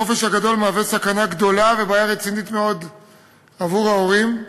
החופש הגדול מהווה סכנה גדולה ובעיה רצינית מאוד עבור ההורים.